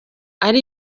ari